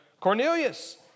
Cornelius